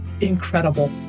incredible